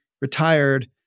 retired